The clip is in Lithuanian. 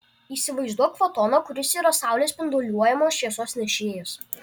įsivaizduok fotoną kuris yra saulės spinduliuojamos šviesos nešėjas